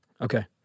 Okay